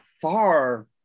far